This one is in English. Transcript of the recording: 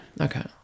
Okay